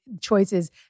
choices